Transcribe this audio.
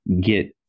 get